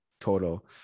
total